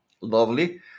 lovely